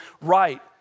right